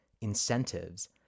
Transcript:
incentives